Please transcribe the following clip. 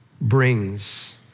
brings